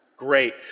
Great